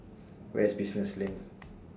Where IS Business LINK